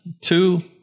Two